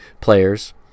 players